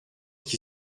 qui